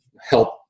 help